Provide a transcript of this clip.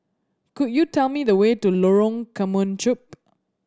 could you tell me the way to Lorong Kemunchup